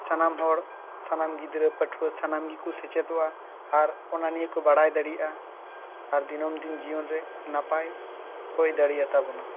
ᱥᱟᱱᱟᱢ ᱦᱚᱲ ᱥᱟᱱᱟᱢ ᱜᱤᱫᱽᱨᱟᱹ ᱯᱟᱹᱴᱷᱩᱣᱟᱹ ᱥᱟᱱᱟᱢ ᱜᱮᱠᱚ ᱥᱮᱪᱮᱫᱚᱜᱼᱟ ᱟᱨ ᱚᱱᱟ ᱱᱤᱭᱟᱹ ᱠᱚ ᱵᱟᱲᱟᱭ ᱫᱟᱲᱮᱭᱟᱜᱼᱟ ᱟᱨ ᱫᱤᱱᱟᱹᱢ ᱫᱤᱱ ᱡᱤᱭᱚᱱ ᱨᱮ ᱱᱟᱯᱟᱭ ᱦᱩᱭ ᱫᱟᱲᱮ ᱟᱛᱟ ᱵᱚᱱᱟ